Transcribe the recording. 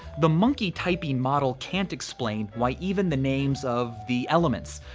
the monkey typing model can't explain why even the names of the elements,